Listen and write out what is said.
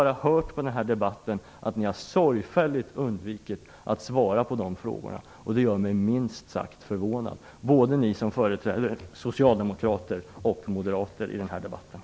Jag har i den här debatten bara hört hur företrädare för både Socialdemokraterna och Moderaterna sorgfälligt har undvikit att svara på de frågorna, och det gör mig minst sagt förvånad.